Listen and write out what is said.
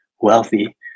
wealthy